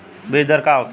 बीजदर का होखे?